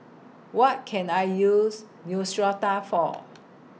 What Can I use Neostrata For